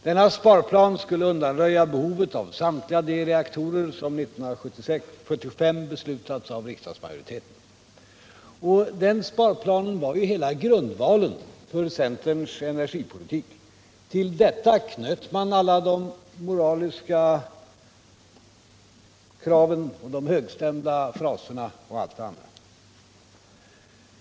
Denna sparplan skulle undanröja behovet av samtliga de reaktorer som riksdagsmajoriteten beslutade om 1975. Den sparplanen var ju hela grundvalen för centerns energipolitik. Till detta knöt man alla de moraliska kraven, de högstämda fraserna och allt det andra.